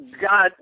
God